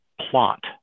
plot